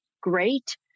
great